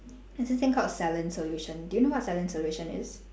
and this thing called saline solution do you know what saline solution is